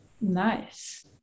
Nice